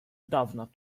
dawna